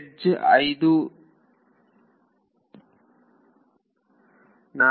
edge 5 interior ಆಗಿದೆ